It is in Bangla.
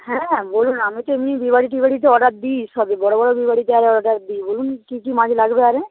হ্যাঁ বলুন আমি তো এমনি বিয়েবাড়ি টিয়েবাড়িতে অর্ডার দিই সব বড় বড় বিয়েবাড়িতে অর্ডার দিই বলুন কি কি মাছ লাগবে আর